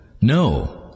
No